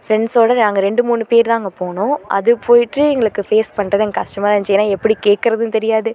ஃப்ரெண்ட்ஸோடு நாங்கள் ரெண்டு மூணு பேர் தான் அங்கே போனோம் அது போயிட்டு எங்களுக்கு ஃபேஸ் பண்றது எங்களுக்கு கஷ்டமா தான் இருந்துச்சு ஏன்னால் எப்படி கேட்குறதுன்னு தெரியாது